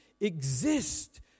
exist